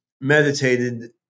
meditated